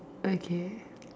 okay